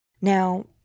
Now